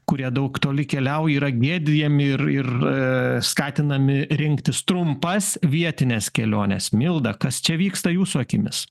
kurie daug toli keliauja yra gėdyjami ir ir skatinami rinktis trumpas vietines keliones milda kas čia vyksta jūsų akimis